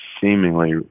seemingly